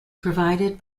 provided